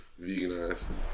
veganized